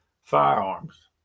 firearms